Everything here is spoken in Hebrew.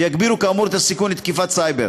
ויגדל כאמור הסיכון של תקיפות סייבר.